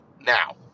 now